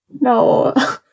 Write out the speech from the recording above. no